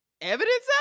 Evidence